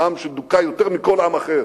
העם שדוכא יותר מכל עם אחר